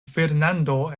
fernando